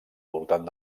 voltant